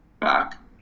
back